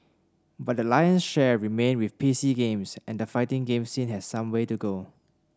but the lion's share remains with PC Games and the fighting game scene has some way to go